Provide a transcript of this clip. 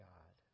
God